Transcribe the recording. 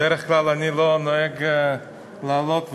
בדרך כלל אני לא נוהג לעלות ולדבר,